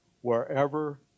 wherever